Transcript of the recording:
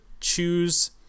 choose